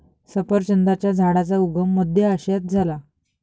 सफरचंदाच्या झाडाचा उगम मध्य आशियात झाला